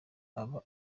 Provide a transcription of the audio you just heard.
aba